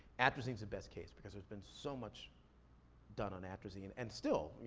atrazine's the best case, because there's been so much done on atrazine, and still,